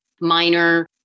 minor